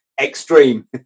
extreme